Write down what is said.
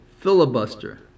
filibuster